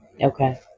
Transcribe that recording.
Okay